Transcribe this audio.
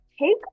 take